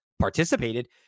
participated